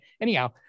anyhow